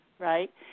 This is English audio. right